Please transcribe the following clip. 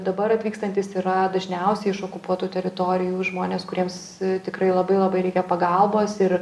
dabar atvykstantys yra dažniausiai iš okupuotų teritorijų žmonės kuriems tikrai labai labai reikia pagalbos ir